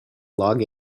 log